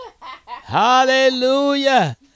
Hallelujah